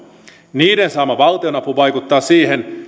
niiden saama valtionapu vaikuttaa siihen